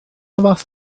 fath